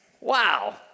Wow